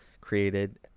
created